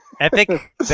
Epic